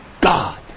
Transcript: God